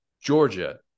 Georgia